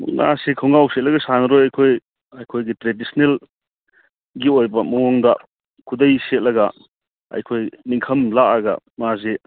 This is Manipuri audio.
ꯃꯨꯛꯅꯥ ꯑꯁꯤ ꯈꯣꯡꯒ꯭ꯔꯥꯎ ꯁꯦꯠꯂꯒ ꯁꯥꯟꯅꯔꯣꯏ ꯑꯩꯈꯣꯏ ꯑꯩꯈꯣꯏꯒꯤ ꯇ꯭ꯔꯦꯗꯤꯁꯅꯦꯜꯒꯤ ꯑꯣꯏꯕ ꯃꯑꯣꯡꯗ ꯈꯨꯗꯩ ꯁꯦꯠꯂꯒ ꯑꯩꯈꯣꯏ ꯅꯤꯡꯈꯝ ꯂꯥꯛꯂꯒ ꯃꯥꯁꯤ